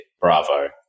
bravo